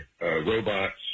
robots